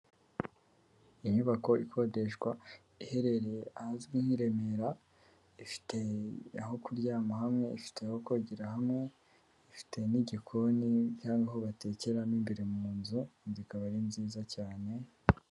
Inyubako ikodeshwa iherereye ahazwi nk'i Remera ifite aho kuryama hamwe, ifite aho kogera hamwe ifite n'igikoni cyangwa aho batekeramo imbere mu nzu inzu ikaba ari nziza cyane.